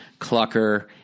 Clucker